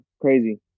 crazy